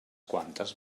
quantes